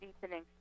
deepening